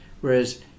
Whereas